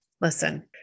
Listen